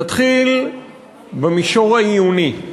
נתחיל במישור העיוני.